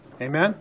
amen